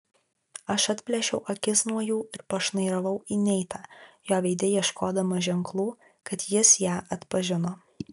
aš atplėšiau akis nuo jų ir pašnairavau į neitą jo veide ieškodama ženklų kad jis ją atpažino